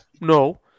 No